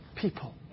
people